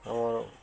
ଆମର୍